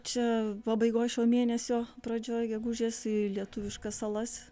čia pabaigoj šio mėnesio pradžioj gegužės į lietuviškas salas